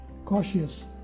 cautious